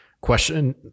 Question